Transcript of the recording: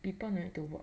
people no need to work